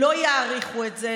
לא יאריכו את זה?